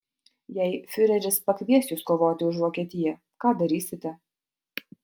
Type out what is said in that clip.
jei fiureris pakvies jus kovoti už vokietiją ką darysite